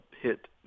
hit